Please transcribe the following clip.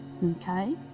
Okay